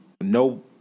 no